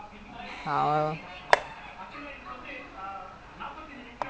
ya I mean you don't care about which team lah as long as they are not like so bored